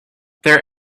their